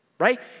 right